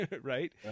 right